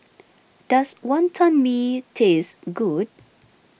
does Wantan Mee taste good